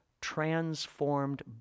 transformed